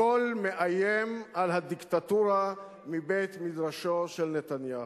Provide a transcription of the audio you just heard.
הכול מאיים על הדיקטטורה מבית-מדרשו של נתניהו.